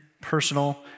personal